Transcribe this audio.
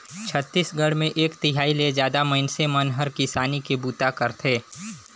छत्तीसगढ़ मे एक तिहाई ले जादा मइनसे मन हर किसानी के बूता करथे